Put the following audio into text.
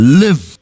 live